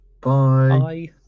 Bye